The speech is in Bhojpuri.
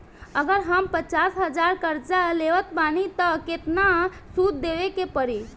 अगर हम पचास हज़ार कर्जा लेवत बानी त केतना सूद देवे के पड़ी?